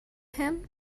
him